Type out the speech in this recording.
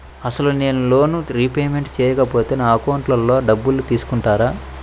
అసలు నేనూ loan repayment చేయకపోతే నా అకౌంట్లో డబ్బులు తీసుకుంటారా?